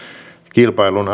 kilpailun